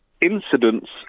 incidents